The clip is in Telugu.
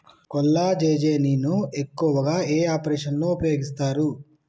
కొల్లాజెజేని ను ఎక్కువగా ఏ ఆపరేషన్లలో ఉపయోగిస్తారు?